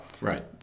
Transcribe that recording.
Right